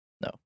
No